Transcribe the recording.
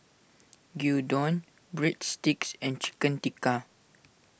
Gyudon Breadsticks and Chicken Tikka